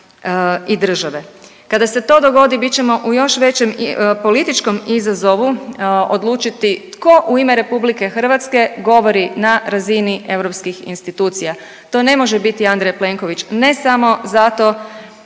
i države. Kada se to dogodi, bit ćemo u još većem političkom izazovu odlučiti tko u ime RH govori na razini EU institucija. To ne može biti Andrej Plenković, ne samo zato